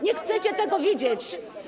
Nie chcecie tego widzieć.